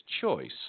choice